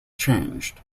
changed